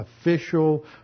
official